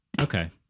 okay